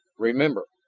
remember!